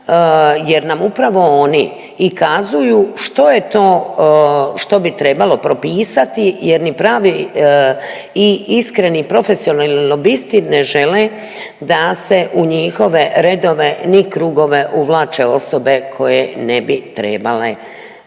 jer nam upravo oni i kazuju što je to što bi trebalo propisati jer ni pravi i iskreni, profesionalni lobisti ne žele da se u njihove redove ni krugove uvlače osobe koje ne bi trebale